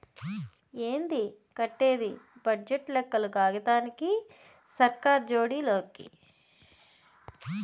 ఏంది కట్టేది బడ్జెట్ లెక్కలు కాగితాలకి, సర్కార్ జోడి లోకి